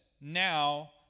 Now